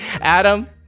Adam